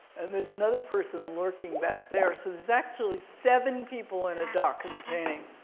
and there's another person lurking back there. so there's actually seven people and a duck in the painting.